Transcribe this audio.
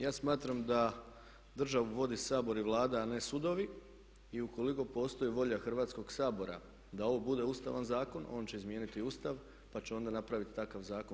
Ja smatram da državu vodi Sabor i Vlada a ne sudovi i ukoliko postoji volja Hrvatskog sabora da ovo bude Ustavan zakon on će izmijeniti Ustav, pa će onda napravit takav zakon.